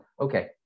Okay